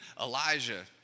Elijah